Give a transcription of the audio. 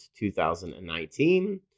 2019